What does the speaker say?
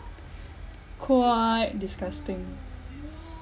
quite disgusting